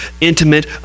intimate